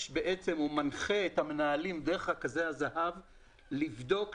או מנחה את המנהלים דרך רכזי הזה"ב לבדוק,